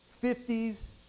fifties